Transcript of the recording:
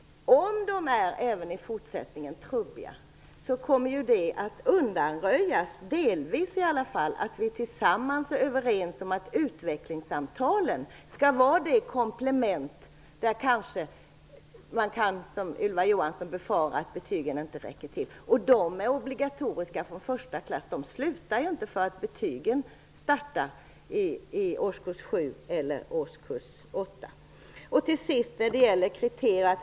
Om kriterierna även i fortsättningen blir trubbiga och, som Ylva Johansson befarar, betygen inte är tillräckliga, kan man delvis undanröja problemet genom att enas om att utvecklingssamtalen skall vara ett komplement. Utvecklingssamtalen är obligatoriska från första klass. De upphör ju inte för att betyg ges i årskurs 7 eller årskurs 8. Slutligen gäller det svårigheten att utarbeta kriterier.